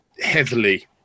heavily